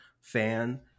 fan